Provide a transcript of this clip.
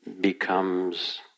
becomes